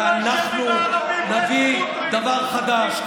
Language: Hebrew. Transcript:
תתבייש, ואנחנו נביא דבר חדש.